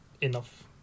enough